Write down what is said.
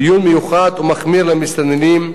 דין מיוחד ומחמיר למסתננים,